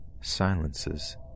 silences